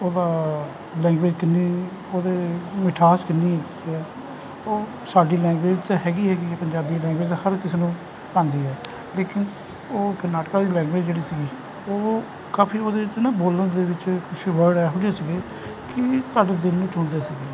ਉਹਦਾ ਲੈਂਗੂਏਜ ਕਿੰਨੀ ਉਹਦੇ ਮਿਠਾਸ ਕਿੰਨੀ ਉਹ ਸਾਡੀ ਲੈਂਗੁਏਜ 'ਚ ਤਾਂ ਹੈਗੀ ਹੈਗੀ ਆ ਪੰਜਾਬੀ ਲੈਂਗੁਏਜ ਹਰ ਕਿਸੇ ਨੂੰ ਭਾਉਂਦੀ ਆ ਲੇਕਿਨ ਉਹ ਕਰਨਾਟਕ ਦੀ ਲੈਂਗੂਏਜ ਜਿਹੜੀ ਸੀਗੀ ਉਹ ਕਾਫੀ ਉਹਦੇ ਤੇ ਨਾ ਬੋਲਣ ਦੇ ਵਿੱਚ ਕੁਛ ਵਰਡ ਇਹੋ ਜਿਹੇ ਸੀਗੇ ਕਿ ਤੁਹਾਡੇ ਦਿਲ ਨੂੰ ਛੂਹਦੇ ਸੀਗੇ